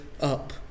up